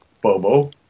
Bobo